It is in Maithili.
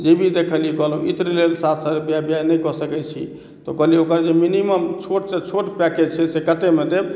जेबी देखलियै कहलहुँ इत्र लेल सातसौ रुपैआ व्यय नहि कऽ सकै छी तऽ कहलियै ओकर जे मिनिमम छोटसँ छोट पैकेट छै से केतेमे देब